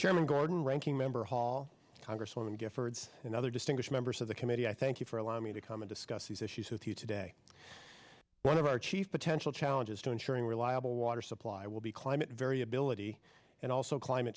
chairman gordon ranking member hall tigris on giffords and other distinguished members of the committee i thank you for allowing me to come and discuss these issues with you today one of our chief potential challenges to ensuring reliable water supply will be climate variability and also climate